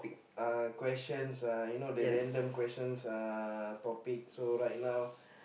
uh questions uh you know the random questions uh topic so right now